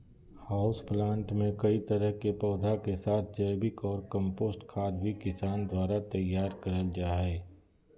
house plant मे कई तरह के पौधा के साथ जैविक ऑर कम्पोस्ट खाद भी किसान द्वारा तैयार करल जा हई